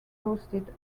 toasted